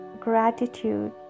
gratitude